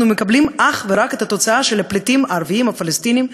אנחנו מקבלים אך ורק את התוצאה של הפליטים הערבים הפלסטינים,